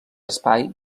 espai